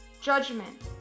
judgment